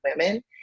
women